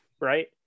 right